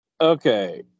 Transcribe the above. Okay